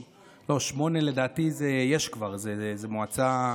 לא, 258 לדעתי יש כבר, זאת מועצה,